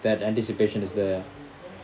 that anticipation is there